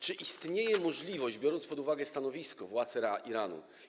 Czy istnieje możliwość, biorąc pod uwagę stanowisko władz Iranu.